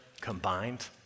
combined